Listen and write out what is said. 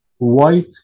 White